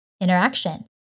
interaction